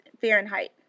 Fahrenheit